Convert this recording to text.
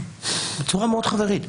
זה בצורה מאוד חברית.